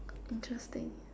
interesting